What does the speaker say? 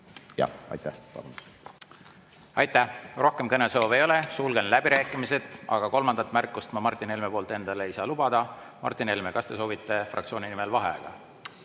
Aitäh! Aitäh! Rohkem kõnesoove ei ole, sulgen läbirääkimised. Aga kolmandat märkust ma Martin Helmele ei saa lubada. Martin Helme, kas te soovite fraktsiooni nimel vaheaega?